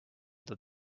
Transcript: that